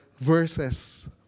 verses